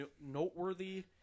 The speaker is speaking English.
noteworthy